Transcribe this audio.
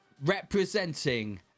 representing